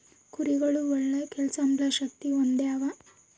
ಕುರಿಗುಳು ಒಳ್ಳೆ ಕೇಳ್ಸೆಂಬ ಶಕ್ತಿ ಹೊಂದ್ಯಾವ